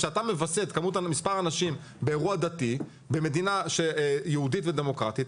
כשאתה מווסת את מספר האנשים באירוע דתי במדינה יהודית ודמוקרטית,